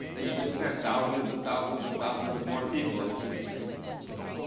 he just sent thousands and thousands and thousands of more people into the streets.